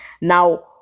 Now